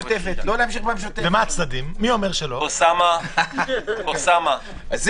600. זה